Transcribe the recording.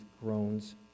groans